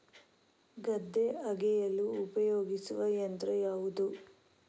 ಗದ್ದೆ ಅಗೆಯಲು ಉಪಯೋಗಿಸುವ ಯಂತ್ರ ಯಾವುದು?